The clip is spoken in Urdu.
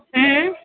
ایں